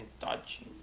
touching